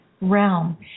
realm